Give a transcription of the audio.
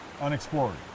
unexplored